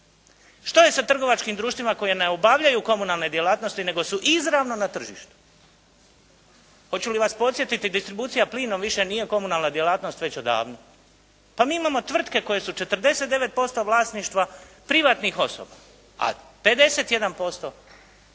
Što je sa trgovačkim društvima koje ne obavljaju komunalne djelatnosti nego su izravno na tržištu. Hoću li vas podsjetiti distribucija plinom više nije komunalna djelatnost već odavno. Pa mi imamo tvrtke koje su 49% vlasništva privatnih osoba, a 51%